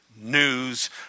news